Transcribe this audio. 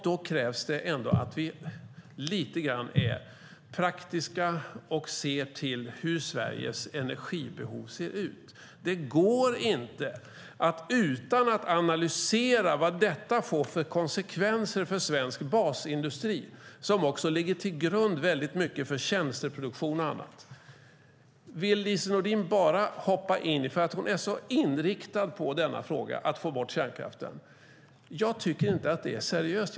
Då krävs det ändå att vi är lite praktiska och ser till hur Sveriges energibehov ser ut. Det går inte att utan att analysera vad detta får för konsekvenser för svensk basindustri som också väldigt mycket ligger till grund för tjänsteproduktion och annat. Men Lise Nordin är så inriktad på denna fråga, att få bort kärnkraften. Jag tycker inte att det är seriöst.